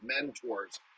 mentors